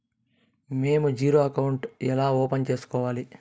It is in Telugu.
మేము జీరో అకౌంట్ ఎలా ఓపెన్ సేసుకోవాలి